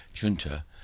junta